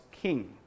king